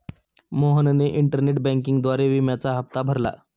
मोहनने इंटरनेट बँकिंगद्वारे विम्याचा हप्ता भरला